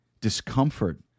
discomfort